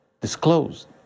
disclosed